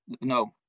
no